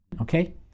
okay